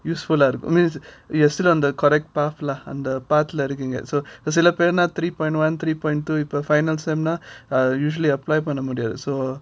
useful lah I mean you are still on the correct path lah அந்த:andha path ல இருக்கீங்க:la irukeenga so சில பேருன்னா:solaperuna three point one three point இப்போ:ipo final sem ah usually apply பண்ண முடியாது:panna mudiathu so